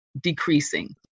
decreasing